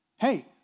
Hey